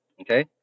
Okay